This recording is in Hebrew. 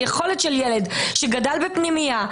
היכולת של ילד שגדל בפנימייה,